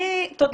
אני לא